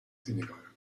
senegal